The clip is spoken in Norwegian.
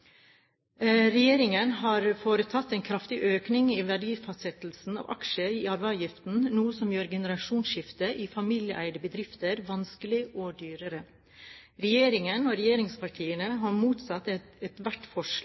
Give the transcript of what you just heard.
Regjeringen har foretatt en kraftig økning i verdifastsettelsen av aksjer i arveavgiften, noe som gjør et generasjonsskifte i familieeide bedrifter vanskeligere og dyrere. Regjeringen og regjeringspartiene har motsatt seg ethvert forslag